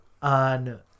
on